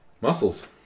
Muscles